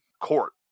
court